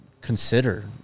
consider